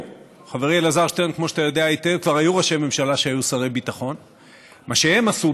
חברי אלעזר שטרן, כמו שאתה יודע היטב, כבר היו